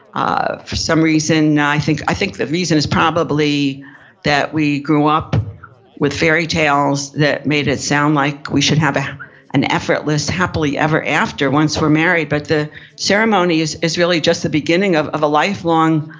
for some reason, i think i think the reason is probably that we grew up with fairy tales that made it sound like we should have an effortless happily ever after once we're married. but the ceremony is is really just the beginning of of a life-long